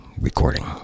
recording